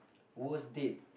worst date